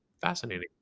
fascinating